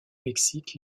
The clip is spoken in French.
mexique